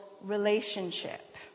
relationship